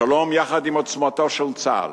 השלום, יחד עם עוצמתו של צה"ל,